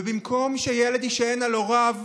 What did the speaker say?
ובמקום שילד יישען על הוריו,